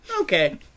Okay